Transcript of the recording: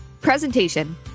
Presentation